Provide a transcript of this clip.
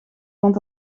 want